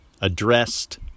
addressed